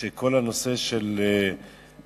של כל הנושא של אריזות